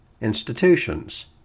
institutions